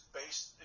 based